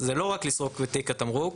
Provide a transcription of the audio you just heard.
זה לא רק לסרוק בתיק התמרוק.